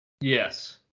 Yes